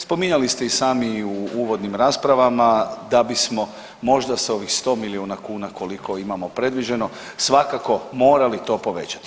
Spominjali ste i sami u uvodnim raspravama da bismo možda sa ovih sto milijuna kuna koliko imamo predviđeno svakako morali to povećati.